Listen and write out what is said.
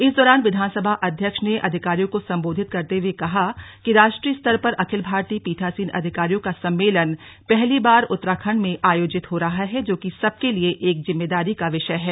इस दौरान विधानसभा अध्यक्ष ने अधिकारियों को संबोधित करते हुए कहा कि राष्ट्रीय स्तर पर अखिल भारतीय पीठासीन अधिकारियों का सम्मेलन पहली बार उत्तराखंड में आयोजित हो रहा है जो कि सबके लिए एक जिम्मेवारी का विषय है